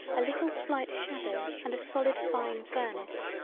a little slight shadow and a solid fine furnace.